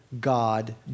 God